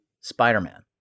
Spider-Man